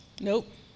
Nope